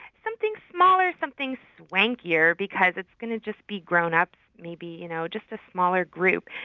something smaller, something swankier, because it's going to just be grownups maybe, you know just a smaller group.